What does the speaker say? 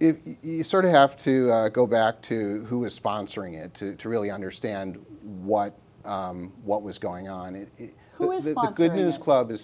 if you sort of have to go back to who is sponsoring it to really understand what what was going on and who is the good news club is